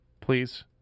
please